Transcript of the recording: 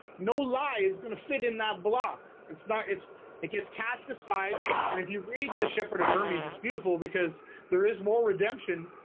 no, lie is gonna fit in that block. it's not its it gets cast aside and if you read the shepherd of hermes it's beautiful because there is more redemption.